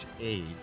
age